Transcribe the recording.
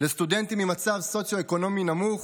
לסטודנטים במצב סוציו-אקונומי נמוך,